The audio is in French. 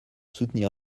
soutenir